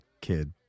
kid